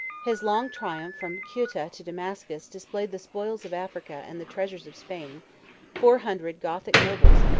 his long triumph from ceuta to damascus displayed the spoils of africa and the treasures of spain four hundred gothic nobles,